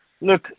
look